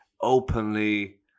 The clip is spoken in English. openly